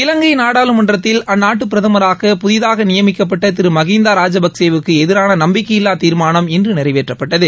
இலங்கை நாடாளுமன்றத்தில் அந்நாட்டு பிரதமராக புதிதாக நியமிக்கப்பட்ட திரு மகிந்தா ராஜபக்கேவுக்கு எதிரான நம்பிக்கையில்லாத் தீர்மானம் இன்று நிறைவேற்றப்பட்டது